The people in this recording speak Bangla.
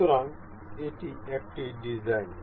সুতরাং এটি একটি ডিজাইন